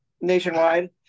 nationwide